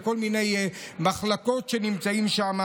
בכל מיני מחלקות שהם נמצאים שם,